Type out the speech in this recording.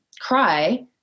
cry